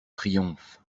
triomphe